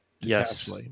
Yes